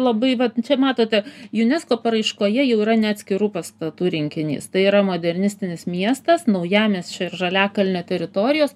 labai vat čia matote unesco paraiškoje jau yra ne atskirų pastatų rinkinys tai yra modernistinis miestas naujamiesčio ir žaliakalnio teritorijos